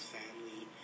family